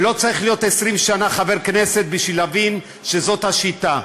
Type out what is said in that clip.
לא צריך להיות 20 שנה חבר כנסת בשביל להבין שזאת השיטה.